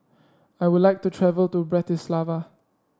I would like to travel to Bratislava